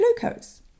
glucose